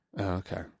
Okay